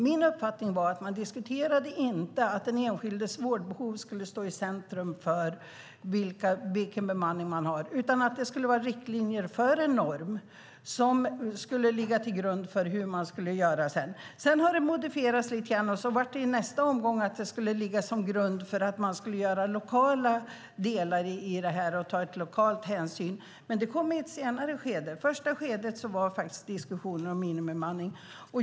Min uppfattning är att man inte diskuterade att den enskildes vårdbehov skulle stå i centrum för vilken bemanning man skulle ha, utan det gällde riktlinjer för en norm som skulle ligga till grund för hur man skulle göra. Sedan har det modifierats lite grann. I nästa omgång gällde det att det skulle ligga till grund för lokala delar, där man skulle ta lokala hänsyn. Men det kom i ett senare skede. I det första skedet handlade diskussionen om minimibemanning.